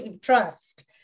trust